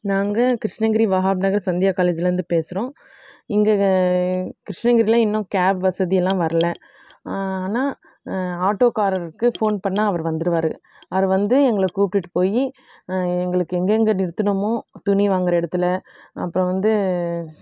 நாங்கள் கிருஷ்ணகிரி வஹாப் நகர் சந்தியா காலேஜிலேருந்து பேசுகிறோம் இங்கே கிருஷ்ணகிரியில இன்னும் கேப் வசதியெல்லாம் வரல ஆனால் ஆட்டோக்காரருக்கு ஃபோன் பண்ணால் அவர் வந்துடுவார் அவர் வந்து எங்களை கூப்பிட்டுட்டு போய் எங்களுக்கு எங்கெங்க நிறுத்துணுமோ துணி வாங்குகிற இடத்துல அப்புறோம் வந்து